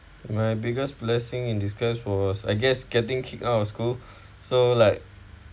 my biggest blessing in disguise was I guess getting kicked out of school so like